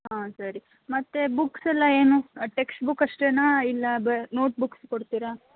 ಹಾಂ ಸರಿ ಮತ್ತೆ ಬುಕ್ಸ್ ಎಲ್ಲ ಏನು ಟೆಕ್ಸ್ಟ್ ಬುಕ್ ಅಷ್ಟೇನಾ ಇಲ್ಲ ಬೆ ನೋಟ್ ಬುಕ್ಸ್ ಕೊಡ್ತೀರಾ